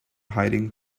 hiding